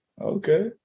Okay